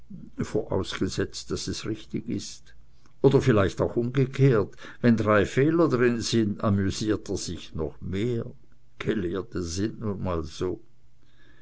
vorausgesetzt daß es richtig ist oder vielleicht auch umgekehrt wenn drei fehler drin sind amüsiert er sich noch mehr gelehrte sind nun mal so